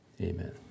Amen